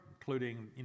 including